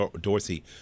Dorsey